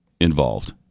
involved